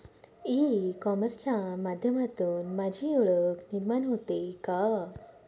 E कॉमर्सच्या माध्यमातून माझी ओळख निर्माण होते का?